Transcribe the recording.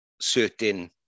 certain